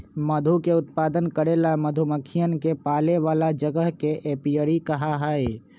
मधु के उत्पादन करे ला मधुमक्खियन के पाले वाला जगह के एपियरी कहा हई